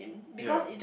yea